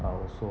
are also